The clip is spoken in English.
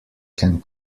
can